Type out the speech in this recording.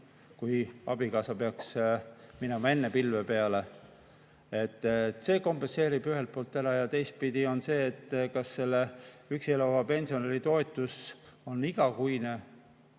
kui abikaasa peaks minema enne pilve peale. See kompenseerib selle ühelt poolt ära. Teistpidi on see, et selle üksi elava pensionäri toetus oleks igakuine. Aga